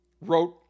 wrote